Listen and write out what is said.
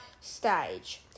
stage